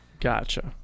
Gotcha